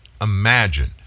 imagine